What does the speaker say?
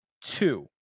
two